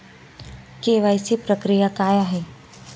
KYC प्रक्रिया काय आहे?